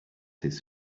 his